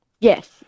Yes